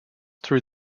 though